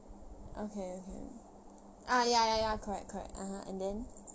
okay ah ya ya ya correct correct (uh huh) and then